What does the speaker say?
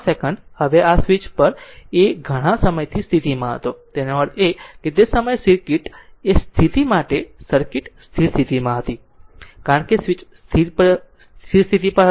હવે આ સ્વીચ એ પર ઘણા સમયથી સ્થિતિમાં હતો એનો અર્થ એ કે તે સમયે સર્કિટ એ સ્થિતિ માટે સર્કિટ સ્થિર સ્થિતિ હતી કારણ કે સ્વીચ આ સ્થિતિ પર હતું